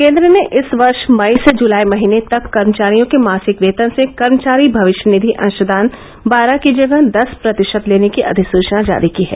केन्द्र ने इस वर्ष मई से जुलाई महीने तक कर्मचारियों के मासिक वेतन से कर्मचारी भविष्य निधि अंशदान बारह की जगह दस प्रतिशत लेने की अधिसुचना जारी की है